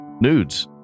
Nudes